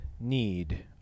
need